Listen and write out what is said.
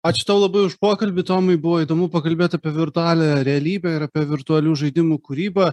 ačiū tau labai už pokalbį tomai buvo įdomu pakalbėt apie virtualią realybę ir apie virtualių žaidimų kūrybą